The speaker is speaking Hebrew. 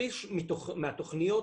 שליש מהתכניות